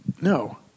No